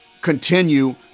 continue